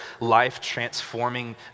life-transforming